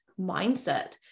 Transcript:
mindset